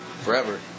forever